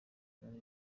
cyane